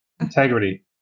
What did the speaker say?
Integrity